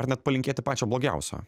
ar net palinkėti pačio blogiausio